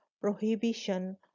prohibition